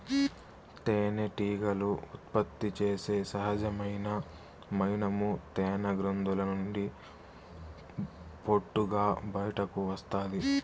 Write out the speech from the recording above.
తేనెటీగలు ఉత్పత్తి చేసే సహజమైన మైనము తేనె గ్రంధుల నుండి పొట్టుగా బయటకు వస్తాది